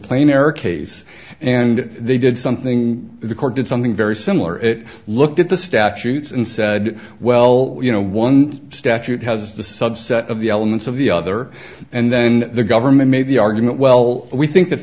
error case and they did something the court did something very similar it looked at the statutes and said well you know one statute has the subset of the elements of the other and then the government made the argument well we think that